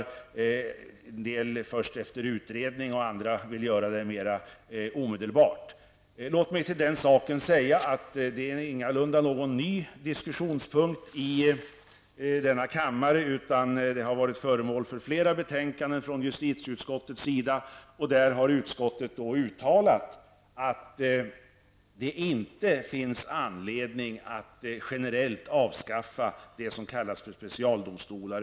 En del reservanter föreslår att det skall ske först efter utredning, medan andra vill att det skall ske mer omedelbart. Denna fråga är inte något nytt diskussionsämne i denna kammare, utan den har varit föremål för flera betänkanden från justitieutskottet. Utskottet har i dessa betänkanden uttalat att det inte finns anledning att generellt avskaffa det som kallas för specialdomstolar.